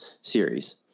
series